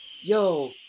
Yo